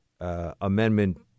Amendment